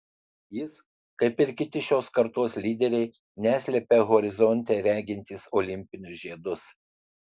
jis kaip ir kiti šios kartos lyderiai neslepia horizonte regintys olimpinius žiedus